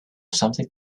something